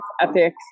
epic